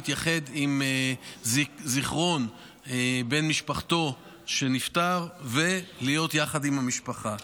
להתייחד עם זיכרון בן משפחתו שנפטר ולהיות יחד עם המשפחה.